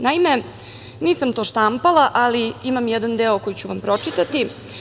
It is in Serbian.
Naime, nisam to štampala, ali imam jedan deo koji ću vam pročitati.